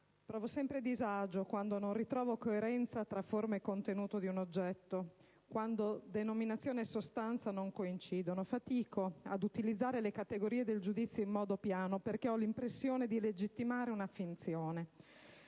provo sempre disagio quando non ritrovo coerenza tra forma e contenuto di un oggetto, quando denominazione e sostanza non coincidono. Fatico ad utilizzare le categorie del giudizio in modo piano, perché ho l'impressione di legittimare una finzione.